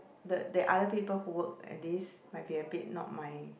but the other people who work at least might a bit not my